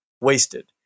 wasted